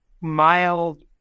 mild